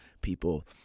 people